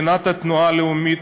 מבחינת התנועה הלאומית,